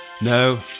No